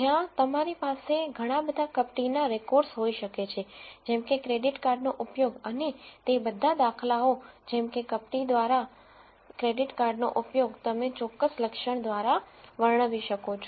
જ્યાં તમારી પાસે ઘણા બધા નકલી રેકોર્ડ્સ હોઈ શકે છે જેમકે ક્રેડિટ કાર્ડનો ઉપયોગ અને તે બધા દાખલાઓ જેમકે નકલી દ્વારા ક્રેડિટ કાર્ડનો ઉપયોગ તમે ચોક્કસ લક્ષણ દ્વારા વર્ણવી શકો છો